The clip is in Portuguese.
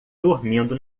dormindo